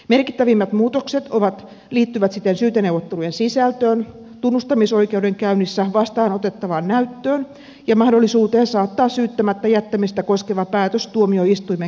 merkittävimmät muutokset liittyvät siten syyteneuvottelujen sisältöön tunnustamisoikeudenkäynnissä vastaanotettavaan näyttöön ja mahdollisuuteen saattaa syyttämättä jättämistä koskeva päätös tuomioistuimen käsiteltäväksi